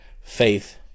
faith